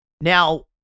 Now